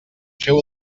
feu